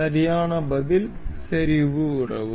சரியான பதில் செறிவு உறவு